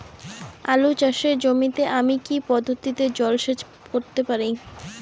আলু চাষে জমিতে আমি কী পদ্ধতিতে জলসেচ করতে পারি?